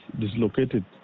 dislocated